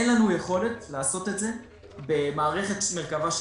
אין לנו יכולת לעשות את זה במערכת המרכב"ה שלנו.